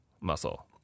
muscle